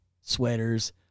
Sweaters